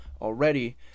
already